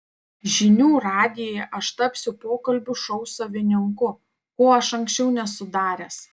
žinių radijuje aš tapsiu pokalbių šou savininku ko aš anksčiau nesu daręs